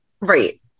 Right